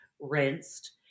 rinsed